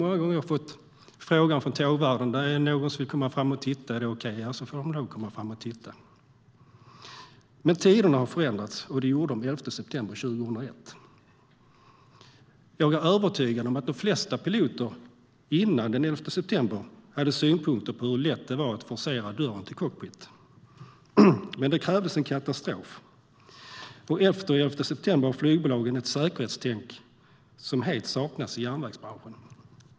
Många gånger har tågvärden frågat om någon vill komma fram till tågföraren och titta. Men tiderna har förändrats, och det skedde efter elfte september 2001. Jag är övertygad om att de flesta piloter före elfte september hade synpunkter på hur lätt det var att forcera dörren till cockpit. Men det krävdes en katastrof innan något gjordes, och efter elfte september har flygbolagen ett säkerhetstänk som helt saknas i järnvägsbranschen.